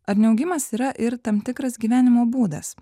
ar neaugimas yra ir tam tikras gyvenimo būdas